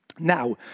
Now